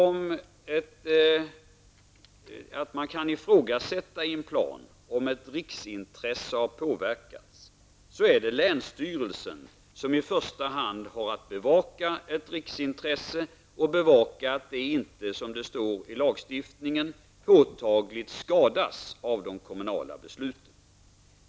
Om man ifrågasätter om ett riksintresse har påverkats av en plan är det länsstyrelsen som i första hand har att bevaka ett riksintresse och att det inte -- som det uttrycks i lagen -- påtagligt skadas av de kommunala besluten.